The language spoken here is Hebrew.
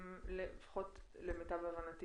לפחות למיטב הבנתי